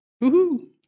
Woo-hoo